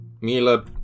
Mila